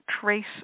trace